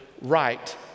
right